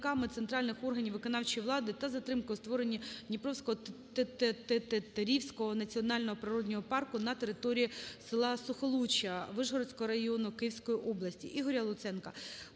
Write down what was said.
центральних органів виконавчої влади та затримки у створенні "Дніпровсько-Тетерівського" національного природного парку на території села Сухолуччя Вишгородського району Київської області.